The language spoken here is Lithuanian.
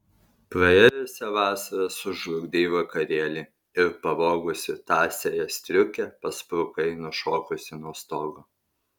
praėjusią vasarą sužlugdei vakarėlį ir pavogusi tąsiąją striukę pasprukai nušokusi nuo stogo